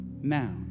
Now